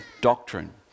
doctrine